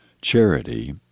Charity